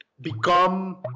become